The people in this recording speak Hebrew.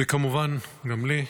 וכמובן גם לי,